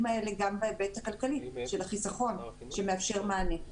האלה גם בהיבט הכלכלי של החיסכון שמאפשר מענה.